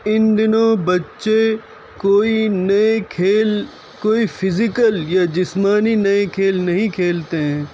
اِن دنوں بّچے کوئی نئے کھیل کوئی فزیکل یا جسمانی نئے کھیل نہیں کھیلتے ہیں